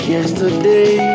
Yesterday